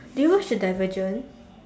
did you watch the Divergent